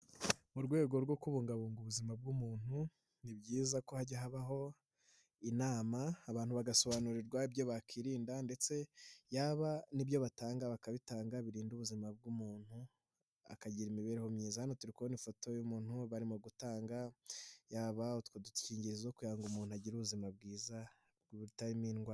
Mu rwego rwo kubungabunga ubuzima bw'umuntu. Ni byiza ko hajya habaho inama abantu bagasobanurirwa ibyo bakirinda ndetse yaba n'ibyo batanga bakabitanga birinda ubuzima bw'umuntu akagira imibereho myiza. Hano turi kuhabona ifoto y'umuntu barimo gutanga yaba utwo dukingirizo kugira ngo umuntu agire ubuzima bwiza butabamo indwara.